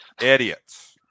Idiots